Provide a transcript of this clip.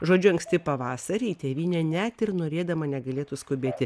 žodžiu anksti pavasarį į tėvynę net ir norėdama negalėtų skubėti